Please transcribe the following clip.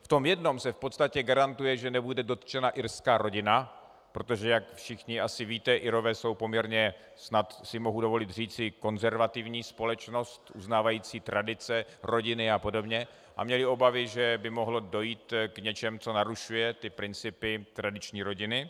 V jednom se v podstatě garantuje, že nebude dotčena irská rodina, protože jak všichni asi víte, Irové jsou poměrně snad si mohu dovolit říci konzervativní společnost uznávající tradice rodiny a podobně a měli obavy, že by mohlo dojít k něčemu, co narušuje principy tradiční rodiny.